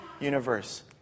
universe